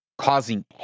Causing